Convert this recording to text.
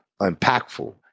impactful